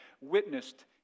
witnessed